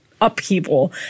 Upheaval